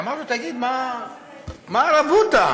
אמרתי לו: תגיד, מה הרבותא?